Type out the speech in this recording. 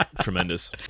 tremendous